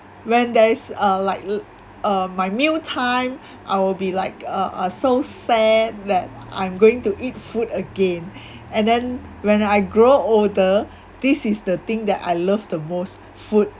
when there is a like uh my meal time I'll be like uh uh so sad that I'm going to eat food again and then when I grow older this is the thing that I love the most food